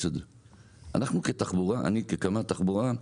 אני כקמ"ט תחבורה,